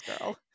girl